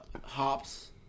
hops